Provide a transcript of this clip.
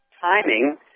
timing